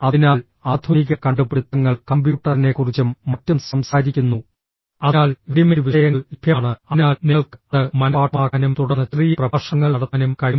അതിനാൽ ആധുനിക കണ്ടുപിടുത്തങ്ങൾ കമ്പ്യൂട്ടറിനെക്കുറിച്ചും മറ്റും സംസാരിക്കുന്നു അതിനാൽ റെഡിമെയ്ഡ് വിഷയങ്ങൾ ലഭ്യമാണ് അതിനാൽ നിങ്ങൾക്ക് അത് മനപാഠമാക്കാനും തുടർന്ന് ചെറിയ പ്രഭാഷണങ്ങൾ നടത്താനും കഴിയും